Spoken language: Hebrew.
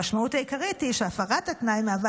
המשמעות העיקרית היא שהפרת התנאי מהווה